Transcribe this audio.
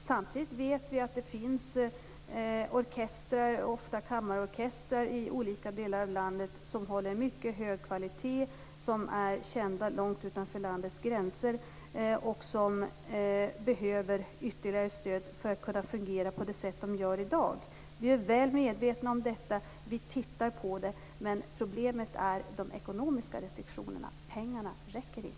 Samtidigt vet vi att det i olika delar av landet finns orkestrar, ofta kammarorkestrar, som håller en mycket hög kvalitet, som är kända långt utanför landets gränser och som behöver ytterligare stöd för att kunna fungera på samma sätt som i dag. Vi är alltså väl medvetna om detta och tittar närmare på det, men problemet är de ekonomiska restriktionerna. Pengarna räcker inte!